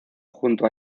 junto